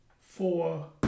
four